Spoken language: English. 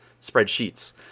spreadsheets